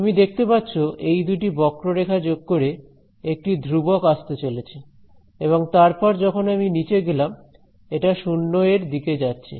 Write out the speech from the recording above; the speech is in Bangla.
তুমি দেখতে পাচ্ছো এই দুটি বক্ররেখা যোগ করে একটি ধ্রুবক আসতে চলেছে এবং তারপর যখন আমি নিচে গেলাম এটা 0 এর দিকে যাচ্ছে